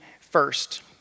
first